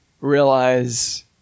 realize